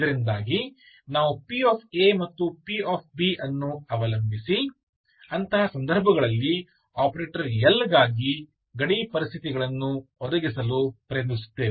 ಇದರಿಂದಾಗಿ ನಾವು pa ಮತ್ತು pb ಅನ್ನು ಅವಲಂಬಿಸಿ ಅಂತಹ ಸಂದರ್ಭಗಳಲ್ಲಿ ಆಪರೇಟರ್ L ಗಾಗಿ ಗಡಿ ಪರಿಸ್ಥಿತಿಗಳನ್ನು ಒದಗಿಸಲು ಪ್ರಯತ್ನಿಸುತ್ತೇವೆ